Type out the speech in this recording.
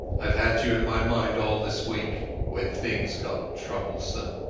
iave had you in my mind all this week when things got troublesome.